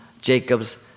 Jacob's